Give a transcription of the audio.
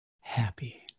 happy